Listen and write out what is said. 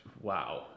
Wow